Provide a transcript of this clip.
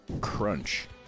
crunch